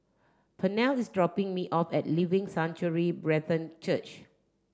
Pernell is dropping me off at Living Sanctuary Brethren Church